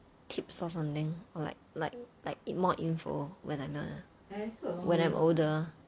tips or something or like like like more info when I'm older